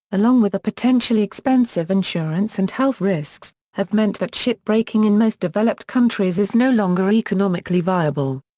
along with the potentially expensive insurance and health risks, have meant that ship breaking in most developed countries is no longer economically viable.